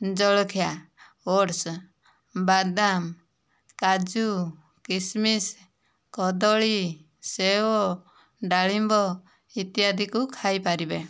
ଜଳଖିଆ ଓଟସ୍ ବାଦାମ କାଜୁ କିସମିସ୍ କଦଳୀ ସେଓ ଡାଳିମ୍ବ ଇତ୍ୟାଦିକୁ ଖାଇପାରିବେ